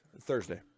Thursday